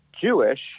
Jewish